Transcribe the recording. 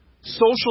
social